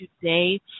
today